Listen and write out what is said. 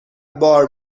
بار